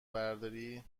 برداری